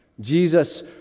Jesus